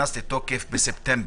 להיכנס לתוקף בספטמבר.